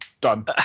Done